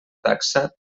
taxa